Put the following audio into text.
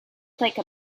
take